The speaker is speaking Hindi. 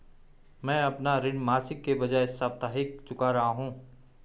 मैं अपना ऋण मासिक के बजाय साप्ताहिक चुका रहा हूँ